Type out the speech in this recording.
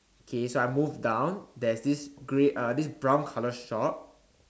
okay so I move down there's this grey uh this brown colour shop